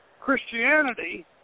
Christianity